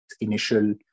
initial